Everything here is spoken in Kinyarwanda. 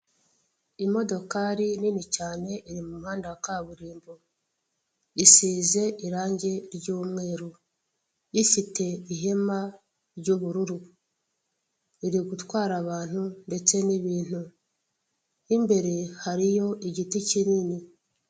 Imodokari nini cyane iri mu muhanda wa kaburimbo, isize irangi ry'umweru ifite ihema ry'ubururu, iri gutwara abantu ndetse n'ibintu, imbere hariyo igiti kinini.